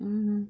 mmhmm